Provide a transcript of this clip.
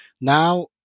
Now